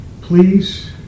Please